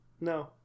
no